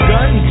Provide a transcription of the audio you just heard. Gun